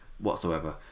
whatsoever